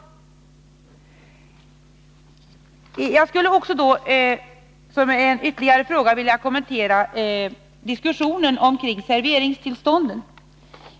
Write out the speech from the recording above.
Jag vill också kommentera diskussionen om serveringstillstånden.